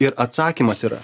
ir atsakymas yra